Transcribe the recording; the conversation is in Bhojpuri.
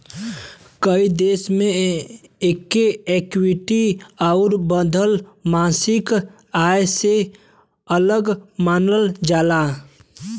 कई देश मे एके इक्विटी आउर बंधल मासिक आय से अलग मानल जाला